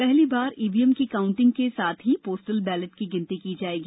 पहली बार ईवीएम की काउंटिंग के साथ ही पोस्टल बैलेट की गिनती की जाएगी